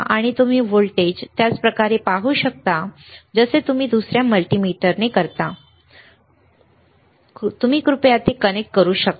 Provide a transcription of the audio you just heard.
आणि तुम्ही व्होल्टेज त्याच प्रकारे पाहू शकता जसे तुम्ही दुसर्या मल्टीमीटरने करू शकता जे तुमचे आहे हे करू शकता तुम्ही कृपया ते कनेक्ट करू शकता